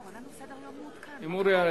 אני התחלפתי עם אורי אריאל.